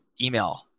email